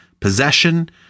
possession